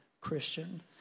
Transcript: Christian